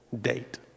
date